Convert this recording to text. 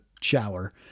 shower